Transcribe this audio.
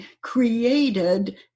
created